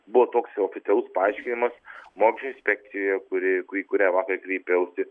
buvo toks oficialus paaiškinimas mokesčių inspekcijoje kuri kur į kurią vakar kreipiausi